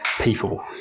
people